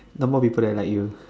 number of people that like you